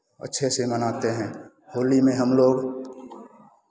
अच्छे से मनाते हैं होली में हमलोग